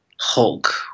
Hulk